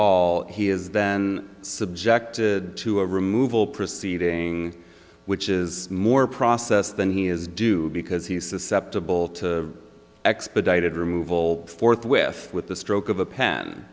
all he is then subjected to a removal proceeding which is more process than he is due because he is susceptible to expedited removal forthwith with the stroke of a pen